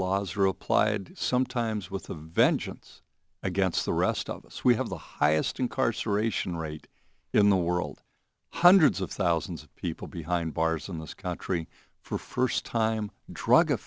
laws are applied sometimes with a vengeance against the rest of us we have the highest incarceration rate in the world hundreds of thousands of people behind bars in this country for first time drug